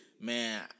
man